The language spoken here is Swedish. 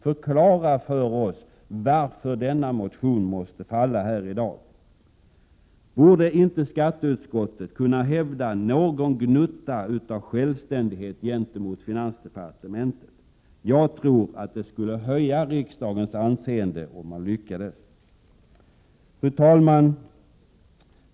Förklara för oss varför denna motion måste falla här i dag! Borde inte skatteutskottet kunna hävda någon gnutta av självständighet gentemot finansdepartementet? Det skulle höja riksdagens anseende om man lyckades. Fru talman!